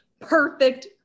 perfect